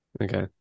Okay